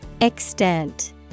Extent